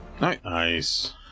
Nice